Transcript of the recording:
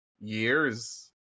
years